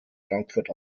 frankfurt